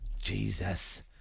Jesus